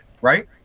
right